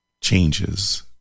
changes